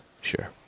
sure